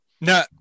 no